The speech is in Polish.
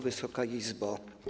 Wysoka Izbo!